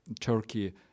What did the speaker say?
Turkey